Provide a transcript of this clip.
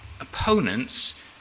Opponents